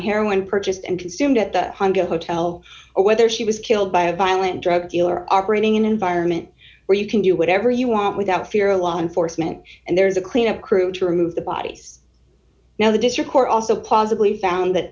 heroin purchased and consumed at the hotel or whether she was killed by a violent drug dealer operating in an environment where you can do whatever you want without fear law enforcement and there's a cleanup crew to remove the bodies now the district court also possibly found that